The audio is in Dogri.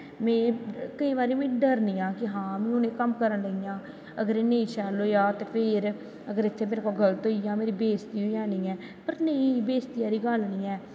में केंई बारी में डरनी आं हां हून में एह् कम्म करन लगी आं अगर एह् नेंई सैल होया ते फिर अगर इत्थें गल्त होया ते मेरी बेजती होई जानी ऐ पर नेंईं बेज्जती आह्ली क्हानीं नेंई ऐं